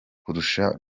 kurusha